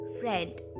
friend